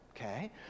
okay